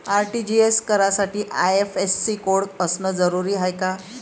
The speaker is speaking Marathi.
आर.टी.जी.एस करासाठी आय.एफ.एस.सी कोड असनं जरुरीच हाय का?